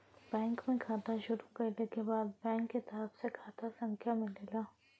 bank में खाता शुरू कइले क बाद बैंक के तरफ से खाता संख्या मिलेला